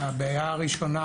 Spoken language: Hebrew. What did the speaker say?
הבעיה הראשונה,